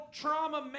trauma